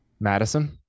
Madison